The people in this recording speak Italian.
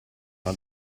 una